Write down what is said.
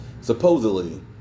supposedly